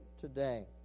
today